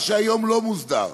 מה שהיום לא מוסדר.